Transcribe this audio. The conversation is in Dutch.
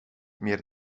meer